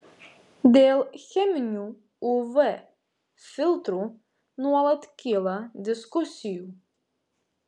dėl cheminių uv filtrų nuolat kyla diskusijų